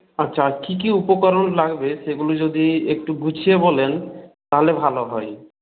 আচ্ছা কি কি উপকরণ লাগবে সেগুলো যদি একটু গুছিয়ে বলেন তাহলে ভালো হয়